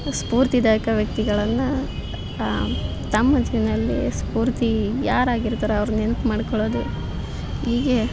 ಸ್ಫೂರ್ತಿದಾಯಕ ವ್ಯಕ್ತಿಗಳನ್ನು ತಮ್ಮ ಮನಸ್ಸಿನಲ್ಲಿ ಸ್ಪೂರ್ತಿ ಯಾರು ಆಗಿರ್ತಾರೋ ಅವ್ರ ನೆನ್ಪು ಮಾಡಿಕೊಳ್ಳೋದು ಹೀಗೆ